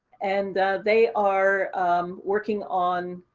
and they are working on.